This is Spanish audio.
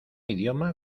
idioma